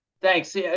Thanks